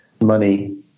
money